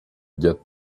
get